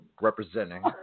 representing